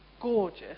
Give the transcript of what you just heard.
gorgeous